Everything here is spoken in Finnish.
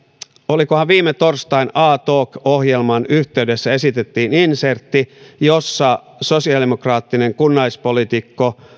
olikohan se viime torstain a talk ohjelman yhteydessä kun esitettiin insertti jossa sosiaalidemokraattinen kunnallispoliitikko